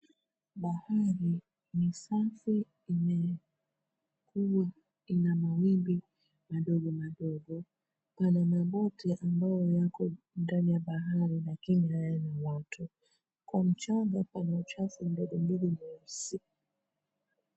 Bahari ni safi, ina mawimbi madogo madogo, pana maboti ambayo yako ndani ya bahari lakini hayana watu. Kwa mchanga kuna uchafu mdogo mdogo mweusi.